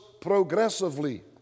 progressively